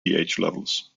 levels